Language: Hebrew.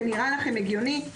זה נראה לכם הגיוני?